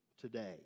today